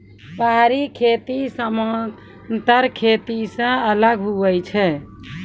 पहाड़ी खेती समान्तर खेती से अलग हुवै छै